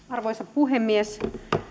arvoisa puhemies